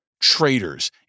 traitors